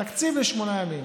תקציב לשמונה ימים.